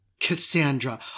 Cassandra